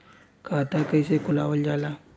खाता कइसे खुलावल जाला?